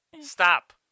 Stop